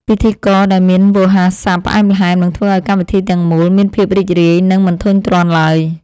ពិធីករដែលមានវោហារស័ព្ទផ្អែមល្ហែមនឹងធ្វើឱ្យកម្មវិធីទាំងមូលមានភាពរីករាយ និង មិនធុញទ្រាន់ឡើយ។